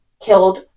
killed